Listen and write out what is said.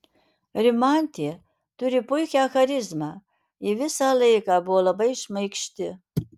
rimantė turi puikią charizmą ji visą laiką buvo labai šmaikšti